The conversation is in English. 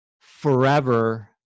forever